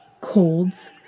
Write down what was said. colds